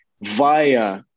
via